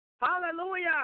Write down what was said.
Hallelujah